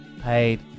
paid